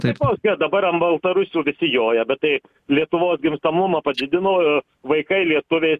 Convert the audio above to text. tai koks skir dabar ant baltarusių visi joja bet tai lietuvos gimstamumą padidino vaikai lietuviai